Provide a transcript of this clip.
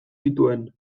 zituen